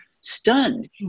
stunned